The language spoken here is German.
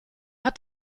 hat